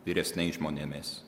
vyresniais žmonėmis